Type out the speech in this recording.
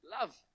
Love